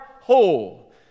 whole